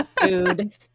food